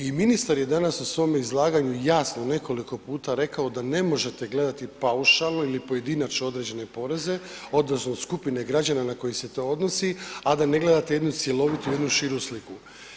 I ministar je danas u svom izlaganju jasno nekoliko puta rekao da ne možete gledati paušalno ili pojedinačno određene poreze, odnosno skupine građana na koje se to odnosi, a da ne gledate jednu cjelovitu i jednu širu sliku.